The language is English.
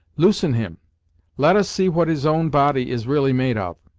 loosen him let us see what his own body is really made of.